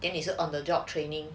then 你是 on the job training